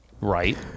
Right